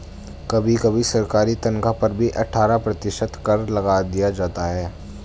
कभी कभी सरकारी तन्ख्वाह पर भी अट्ठारह प्रतिशत कर लगा दिया जाता है